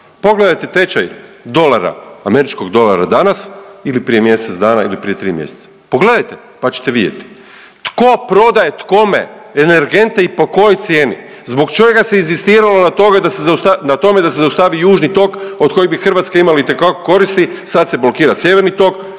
Pogledajte tečaj dolara, američkog dolara danas ili prije mjesec dana ili prije tri mjeseca, pogledajte pa ćete vidjeti. Tko prodaje tkome energente i po kojoj cijeni, zbog čega se inzistiralo na tome da se zaustavi Južni tok od kojeg bi Hrvatska imala itekako koristi, sad se blokira Sjeverni tok,